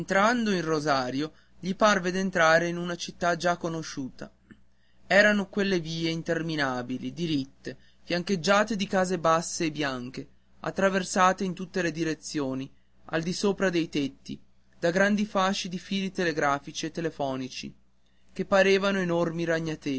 in rosario gli parve d'entrare in una città già conosciuta erano quelle vie interminabili diritte fiancheggiate di case basse e bianche attraversate in tutte le direzioni al disopra dei tetti da grandi fasci di fili telegrafici e telefonici che parevano enormi ragnateli